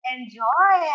Enjoy